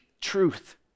truth